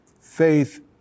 Faith